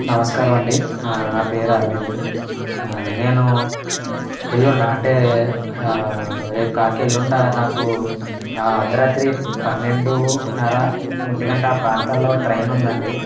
నమస్కారమండి నా పేరు అరవింద్ నేను ఎల్లుండా అంటే రేపు కాక ఎల్లుండా నాకు అర్ధ రాత్రి పన్నెండున్నర ఒంటి గంట ఆ ప్రాంతంలో ట్రైన్ ఉందండి